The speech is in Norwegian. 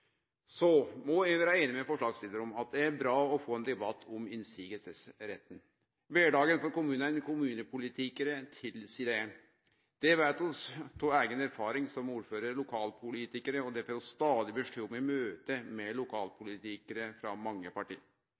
Så er eg einig med forslagsstillarane i at det er bra å få ein debatt om motsegnsretten. Kvardagen for kommunane og kommunepolitikarane tilseier det, det veit vi av eigne erfaringar som ordførarar og lokalpolitikarar, og det får vi stadig beskjed om i møte med lokalpolitikarar frå mange parti.